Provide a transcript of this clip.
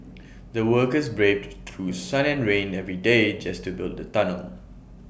the workers braved through sun and rain every day just to build the tunnel